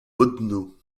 vodno